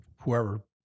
whoever